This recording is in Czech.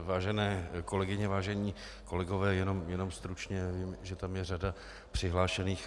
Vážené kolegyně, vážení kolegové, jenom stručně, vím, že tam je řada přihlášených.